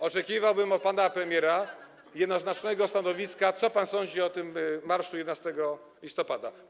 Oczekiwałbym od pana premiera jednoznacznego stanowiska, co pan sądzi o tym marszu 11 listopada.